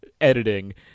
Editing